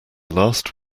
last